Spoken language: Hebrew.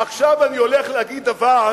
עכשיו אני הולך להגיד דבר,